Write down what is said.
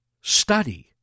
Study